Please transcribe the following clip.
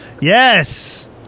Yes